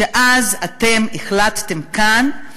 שאז אתם החלטתם כאן,